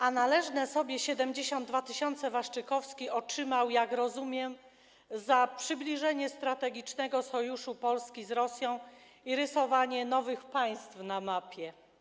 A należne mu 72 tys. Waszczykowski otrzymał, jak rozumiem, za przybliżenie strategicznego sojuszu Polski z Rosją i rysowanie nowych państw na mapie.